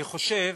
אני חושב